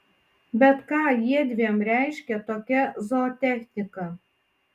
bet ką jiedviem reiškia tokia zootechnika